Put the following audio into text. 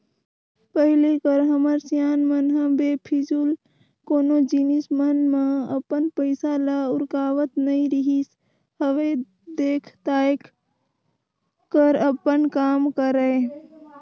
पहिली कर हमर सियान मन ह बेफिजूल कोनो जिनिस मन म अपन पइसा ल उरकावत नइ रिहिस हवय देख ताएक कर अपन काम करय